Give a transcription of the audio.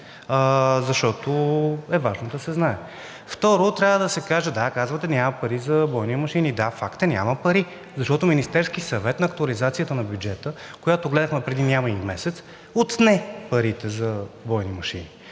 защото е важно да се знае. Второ, трябва да се каже – да, казвате – няма пари за бойни машини. Да, факт е, няма пари, защото Министерският съвет на актуализацията на бюджета, която гледахме преди няма и месец, отне парите за бойни машини.